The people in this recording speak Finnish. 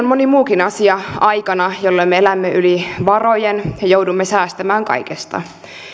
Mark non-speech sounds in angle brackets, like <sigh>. <unintelligible> moni muukin asia aikana jolloin me elämme yli varojen ja joudumme säästämään kaikesta